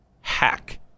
hack